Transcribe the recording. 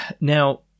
now